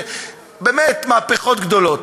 באמת מהפכות גדולות,